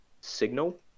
signal